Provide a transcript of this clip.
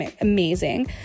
amazing